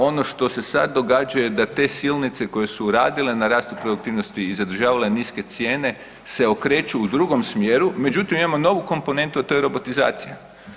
Ono što se sad događa da te silnice koje su radile na rastu produktivnosti i zadržavale niske cijene se okreću u drugom smjeru međutim imamo novu komponentu, a to je robotizacija.